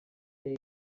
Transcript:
say